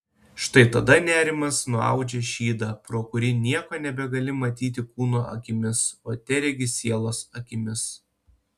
štai tada nerimas nuaudžia šydą pro kurį nieko nebegali matyti kūno akimis o teregi sielos akimis